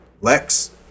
Lex